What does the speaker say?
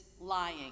lying